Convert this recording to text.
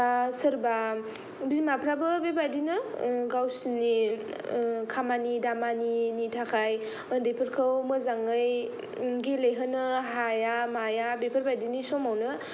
बा सोरबा बिमाफ्राबो बेबादिनो गावसिनि खामानि दामानि नि थाखाय ओन्दैफोरखौ मोजाङै गेलेहोनो हाया माया बेफोरबादिनि समावनो